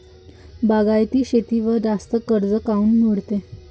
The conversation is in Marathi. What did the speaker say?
बागायती शेतीवर जास्त कर्ज काऊन मिळते?